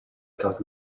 does